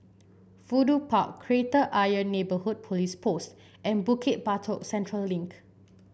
Fudu Park Kreta Ayer Neighbourhood Police Post and Bukit Batok Central Link